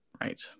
Right